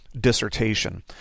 dissertation